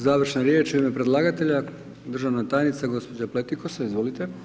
Završne riječi u ime predlagatelja, državna tajnica gđa. Pletikosa, izvolite.